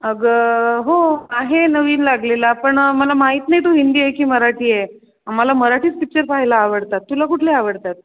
अगं हो आहे नवीन लागलेला पण मला माहीत नाही की तो हिन्दी आहे की मराठी आहे मला मराठीच पिक्चर पाहायला आवडतात तुला कुठले आवडतात